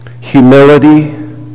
humility